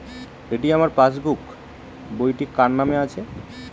এটি আমার পাসবুক বইটি কার নামে আছে?